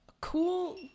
cool